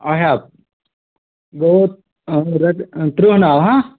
اَچھا گوٚو رۅپیہِ ترٕٛہ ناوٕ